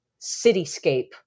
cityscape